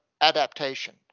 adaptation